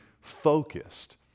focused